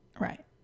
Right